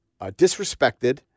disrespected